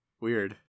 Weird